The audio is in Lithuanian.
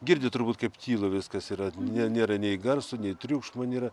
girdit turbūt kaip tylu viskas yra ne nėra nei garso nei triukšmo nėra